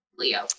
Leo